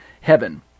heaven